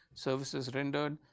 services rendered,